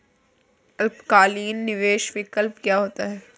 अल्पकालिक निवेश विकल्प क्या होता है?